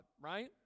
right